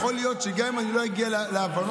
יכול להיות שגם אם אני לא אגיע להבנות